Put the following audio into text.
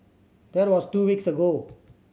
that was two weeks ago